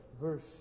verse